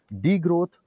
degrowth